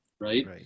right